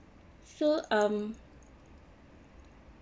so um